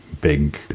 big